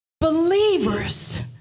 Believers